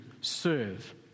serve